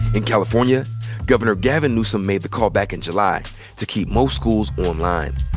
in california governor gavin newsom made the call back in july to keep most schools online.